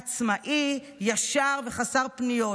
עצמאי, ישר וחסר פניות.